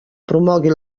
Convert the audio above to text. promogui